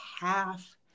half-